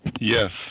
Yes